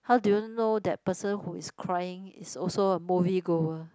how do you know that person who is crying is also a movie goer